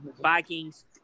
Vikings